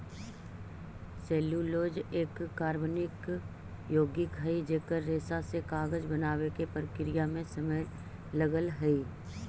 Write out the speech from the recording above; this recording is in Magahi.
सेल्यूलोज एक कार्बनिक यौगिक हई जेकर रेशा से कागज बनावे के प्रक्रिया में समय लगऽ हई